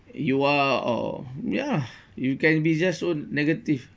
you are or ya you can be just so negative